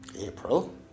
April